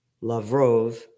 Lavrov